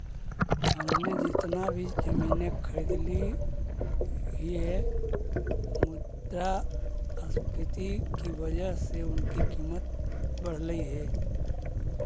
हमने जितना भी जमीनें खरीदली हियै मुद्रास्फीति की वजह से उनकी कीमत बढ़लई हे